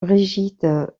brigitte